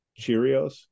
Cheerios